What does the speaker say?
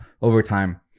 overtime